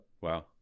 wow